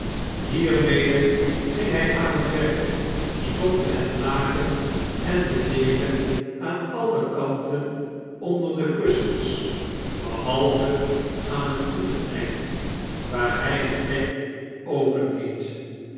hiermede ging hy aan t werk stopte het laken en de deken aan alle kanten onder de kussens behalve aan het voeteneind waar hy het dek